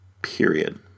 period